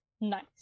Nice